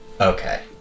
Okay